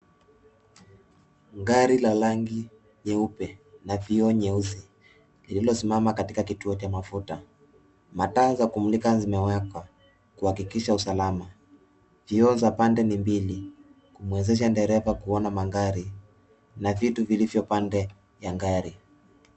Gari la rangi nyeupe na vioo nyeusi lililosimama katika kituo cha mafuta mataa za kumilika zimewaka kuhakikisha usalama vioo za pande ni mbili kumwezesha dereva kuona magari na vitu vilivyo pande ya gari.